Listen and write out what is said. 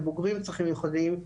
ובוגרים עם צרכים מיוחדים,